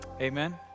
Amen